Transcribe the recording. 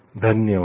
धन्यवाद